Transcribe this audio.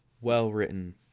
well-written